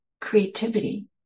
creativity